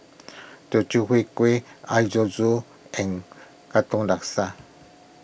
Teochew Huat Kueh Air Zam Zam and Katong Laksa